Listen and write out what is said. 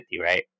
right